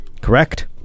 Correct